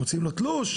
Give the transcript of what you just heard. מוציאים לו תלוש?